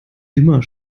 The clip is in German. immer